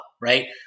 right